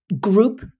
group